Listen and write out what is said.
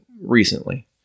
recently